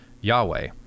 Yahweh